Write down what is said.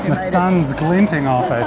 sun's glinting off